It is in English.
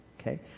okay